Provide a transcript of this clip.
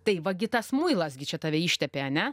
tai va gi tas muilas gi čia tave ištepė ane